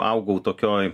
augau tokioj